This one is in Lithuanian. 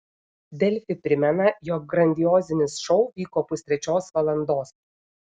delfi primena jog grandiozinis šou vyko pustrečios valandos